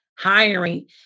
hiring